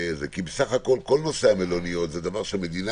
סך הכול כל נושא המלוניות זה משהו שהמדינה